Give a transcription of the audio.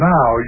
Now